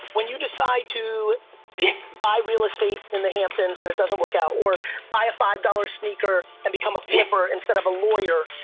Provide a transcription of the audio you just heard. when you decide to buy real estate in the hamptons and it doesn't work out or buy a five dollars sneaker and become a flipper instead of a lawyer,